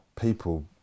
people